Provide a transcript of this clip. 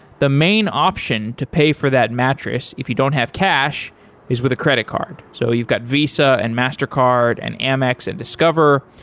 the main option to pay for that mattress, if you don't have cash is with a credit card so you've got visa and mastercard and and mx and discover.